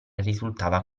risultava